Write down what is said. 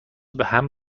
بهم